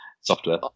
software